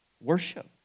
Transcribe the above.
worship